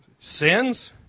Sins